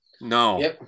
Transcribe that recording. No